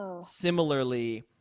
Similarly